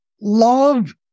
Love